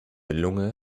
lunge